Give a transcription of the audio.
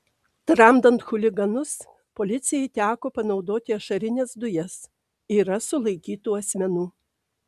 tramdant chuliganus policijai teko panaudoti ašarines dujas yra sulaikytų asmenų